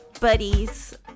buddies